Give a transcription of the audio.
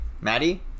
Maddie